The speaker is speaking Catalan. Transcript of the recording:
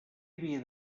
havia